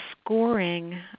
scoring